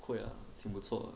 会 ah 挺不错 ah